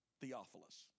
Theophilus